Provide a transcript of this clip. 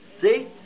See